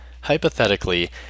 Hypothetically